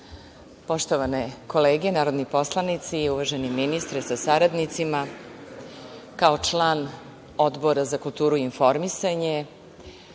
kolege, narodni poslanici i uvaženi ministre sa saradnicima, kao član Odbora za kulturu i informisanje